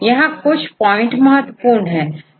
यहां कुछ पॉइंट महत्वपूर्ण है